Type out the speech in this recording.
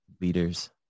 leaders